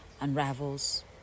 unravels